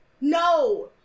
No